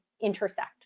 intersect